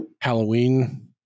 halloween